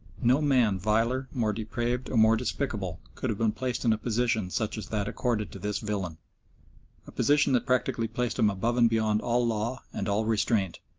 no man viler, more depraved, or more despicable, could have been placed in a position such as that accorded to this villain a position that practically placed him above and beyond all law and all restraint,